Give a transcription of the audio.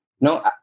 no